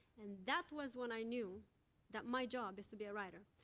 and that was when i knew that my job is to be a writer.